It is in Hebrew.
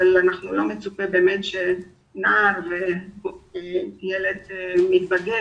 אבל לא מצופה שישב צוות ליד נער וילד מתבגר.